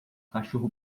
cachorro